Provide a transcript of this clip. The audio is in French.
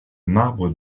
marbre